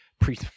Pre